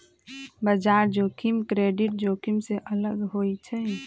बजार जोखिम क्रेडिट जोखिम से अलग होइ छइ